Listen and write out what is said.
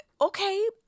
okay